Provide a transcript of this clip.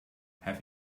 have